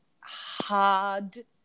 hard